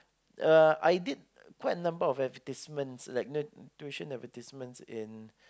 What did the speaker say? uh I did quite a number of advertisements like you know tuition advertisements in